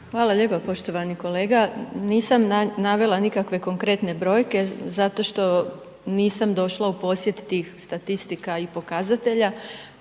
Hvala lijepa poštovani kolega. Nisam navela nikakve konkretne brojke zato što nisam došla u posjet tih statistika i pokazatelja,